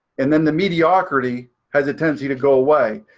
and then the mediocrity has a tendency to go away.